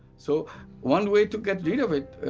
so one way to get rid of it,